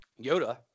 Yoda